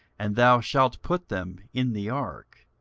and thou shalt put them in the ark.